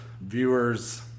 viewers